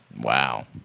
Wow